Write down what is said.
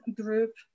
group